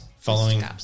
Following